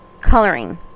coloring